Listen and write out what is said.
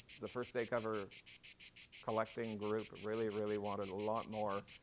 the first day cover collecting group really, really wanted a lot more.